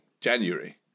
january